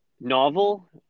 novel